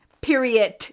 Period